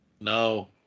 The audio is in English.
no